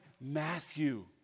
Matthew